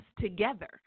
together